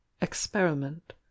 experiment